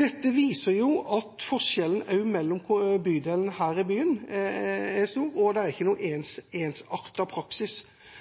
Dette viser at forskjellene også mellom bydelene her i byen er stor, og at det er ikke noen ensartet praksis.